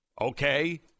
Okay